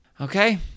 Okay